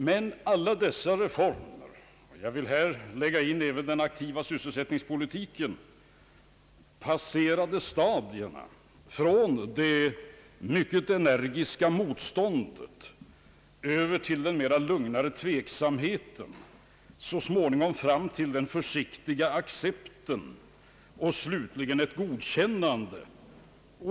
Men alla dessa reformer — jag vill här lägga in även den aktiva sysselsättningspolitiken — passerade stadierna från det mycket energiska motståndet över till den något lugnare tveksamheten, så småningom fram till den försiktiga accepten och slutligen till ett godkännande.